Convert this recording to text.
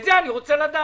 את זה אני רוצה לדעת.